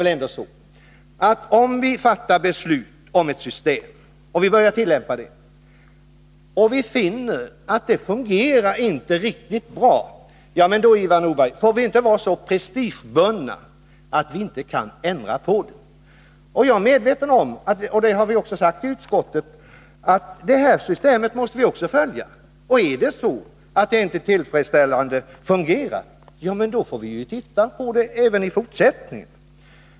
Om vi nu fattar ett beslut om ett visst system och börjar tillämpa det, men finner att det inte fungerar riktigt bra, då får vi inte, Ivar Nordberg, vara så prestigebundna att vi inte kan ändra på det. Jag är medveten om — det har vi också sagt i utskottet — att vi måste följa upp även detta system. Blir det så att det inte fungerar tillfredsställande, då får vi naturligtvis på nytt se över det.